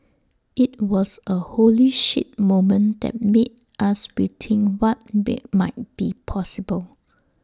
IT was A holy shit moment that made us rethink what be might be possible